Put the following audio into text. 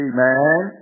Amen